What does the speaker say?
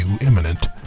imminent